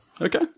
Okay